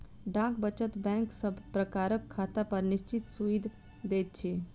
डाक वचत बैंक सब प्रकारक खातापर निश्चित सूइद दैत छै